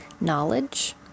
knowledge